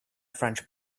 front